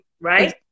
Right